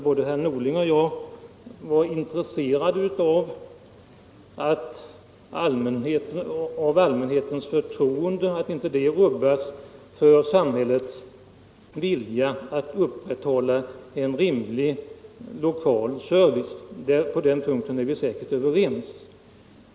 Både herr Norling och jag måste vara intresserade av att inte allmänhetens förtroende rubbas för samhällets vilja att upprätthålla en rimlig lokal service. På den punkten är vi säkert överens.